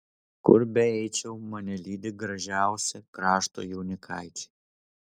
kur beeičiau mane lydi gražiausi krašto jaunikaičiai